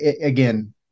again